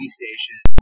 station